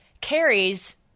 carries